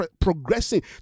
progressing